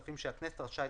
בסעיף 1 אנחנו.